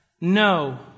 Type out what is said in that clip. no